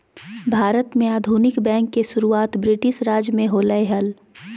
भारत में आधुनिक बैंक के शुरुआत ब्रिटिश राज में होलय हल